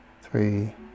three